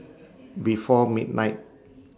before midnight